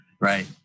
Right